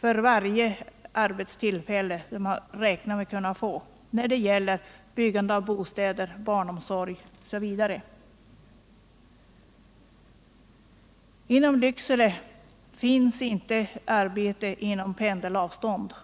för varje arbetstillfälle som de räknar med att kunna få, helhjärtat har ställt upp när det gällt byggande av bostäder, barnomsorg osv. I Lycksele finns inte arbete inom pendelavstånd.